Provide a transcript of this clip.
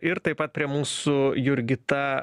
ir taip pat prie mūsų jurgita